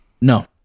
No